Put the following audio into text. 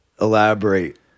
elaborate